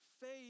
Faith